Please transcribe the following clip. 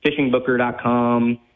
fishingbooker.com